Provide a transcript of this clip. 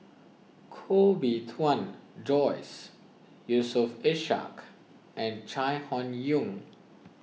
Koh Bee Tuan Joyce Yusof Ishak and Chai Hon Yoong